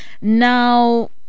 Now